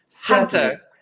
Hunter